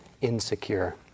insecure